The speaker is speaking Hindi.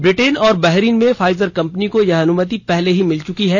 ब्रिटेन और बहरीन में फाइजर कंपनी को यह अनुमति पहले ही मिल चुकी है